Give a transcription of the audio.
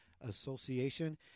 Association